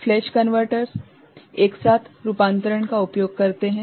flash converters एक साथ रूपांतरण का उपयोग करते हैं